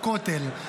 בכותל,